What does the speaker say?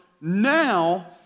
now